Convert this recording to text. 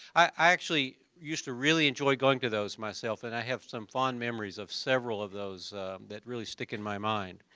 i actually used to really enjoy going to those myself and i have some fond memories of several of those that really stick in my mind.